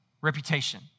Reputation